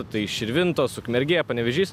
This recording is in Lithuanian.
tai širvintos ukmergė panevėžys